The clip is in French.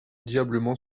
diablement